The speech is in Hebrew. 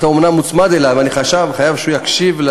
אתה אומנם מוצמד אלי אבל אני חייב שהוא יקשיב.